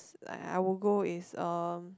like I would go is um